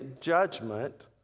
judgment